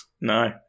No